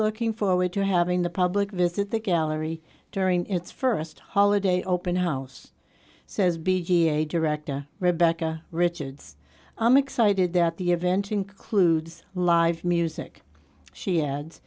looking forward to having the public visit the gallery during its first holiday open house says b g a director rebecca richards i'm excited that the event includes live music she ad